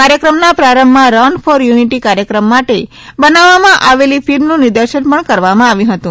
કાર્યક્રમના પારંભમાં run for unity કાર્યક્રમ માટે બનાવવામાં આવેલી ફિલ્મનો નિર્દેશન પણ કરવામાં આવ્યુ હતુ